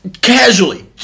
casually